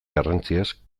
garrantziaz